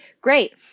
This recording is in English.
great